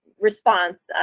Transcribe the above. response